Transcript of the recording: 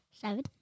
Seven